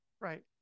right